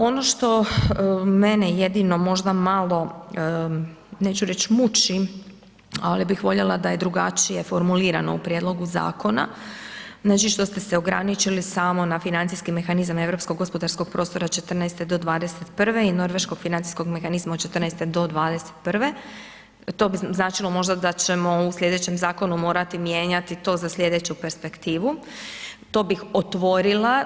Ono što mene jedino možda malo neću reći muči, ali bih voljela da je drugačije formulirano u prijedlogu zakona znači što ste se ograničili samo na Financijski mehanizam Europskog gospodarskog prostora od '14. do '21. i Norveškog financijskog mehanizma od '14. do '21., to bi značilo možda da ćemo u slijedećem zakonu morati mijenjati to za slijedeću perspektivu, to bih otvorila.